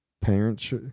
parents